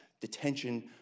detention